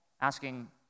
asking